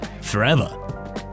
forever